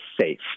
safe